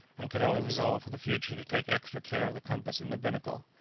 and could only resolve for the future to take extra care of the compass in the binnacle.